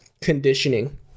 conditioning